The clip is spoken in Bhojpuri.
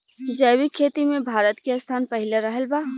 जैविक खेती मे भारत के स्थान पहिला रहल बा